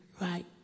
right